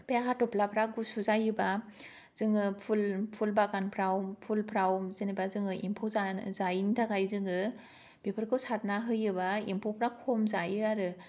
बे हाथफ्लाफ्रा गुसु जायोब्ला जोङो फुल फुलबागानफ्राव फुलफ्राव जेनेबा जोङो एम्फौ जाय जायिनि थाखाय जोङो बेफोरखौ सारना होयोबा एमफौफ्रा खम जायो आरो